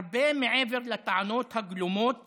הרבה מעבר לטענות הגלומות